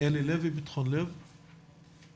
מפעילים תכנית לנוער בסיכון שמלווה אותם שבע שנים,